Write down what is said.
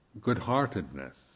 good-heartedness